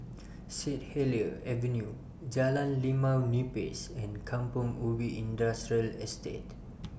Sit Helier's Avenue Jalan Limau Nipis and Kampong Ubi Industrial Estate